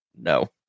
no